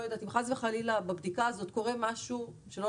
אם חס וחלילה בבדיקה הזאת קורה משהו שלא